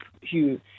Hugh